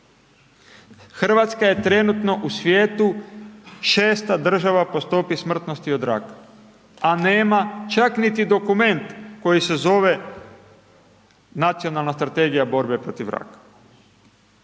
Hrvatska je trenutno u svijetu 6.-ta država po stopi smrtnosti od raka a nema čak niti dokument koji se zove nacionalna strategija borbe protiv raka.